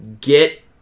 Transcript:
Get